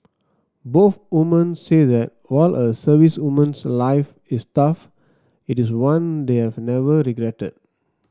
both woman said that while a servicewoman's life is tough it is one they have never regretted